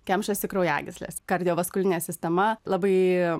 kemšasi kraujagyslės kardiovaskulinė sistema labai